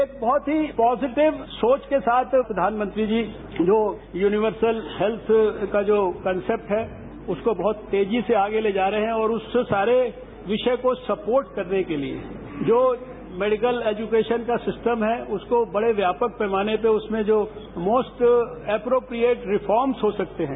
एक बहुत ही पॉजिटिव सोच के साथ प्रधानमंत्री जी जो यूनिवर्सल हेत्थ का जो कॉन्सेप्ट है उसको बहुत तेजी से आगे ले जा रहे हैं और उस सारे विषय को सपोर्ट करने के लिए जो मेडिकल एजुकेशन का सिस्टम है उसको बड़े व्यापक पैमाने पर उसमें जो मोस्ट एप्रोप्रियेट रिफॉर्मस हो सकते हैं